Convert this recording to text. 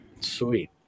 Sweet